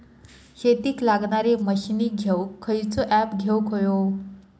शेतीक लागणारे मशीनी घेवक खयचो ऍप घेवक होयो?